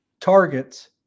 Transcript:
targets